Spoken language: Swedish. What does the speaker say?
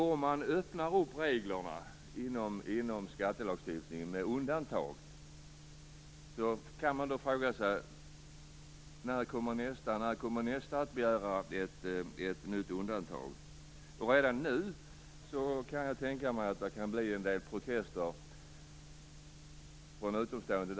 Om man öppnar reglerna i skattelagstiftningen med undantag kan man fråga sig: När kommer nästa begäran om ett nytt undantag? Redan nu kan jag tänka mig att det blir en del protester från utomstående.